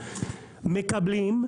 מקבלים,